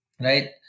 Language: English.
right